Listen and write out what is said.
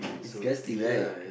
disgusting right